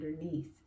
underneath